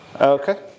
Okay